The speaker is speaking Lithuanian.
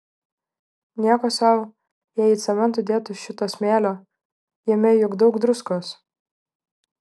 nieko sau jei į cementą dėtų šito smėlio jame juk daug druskos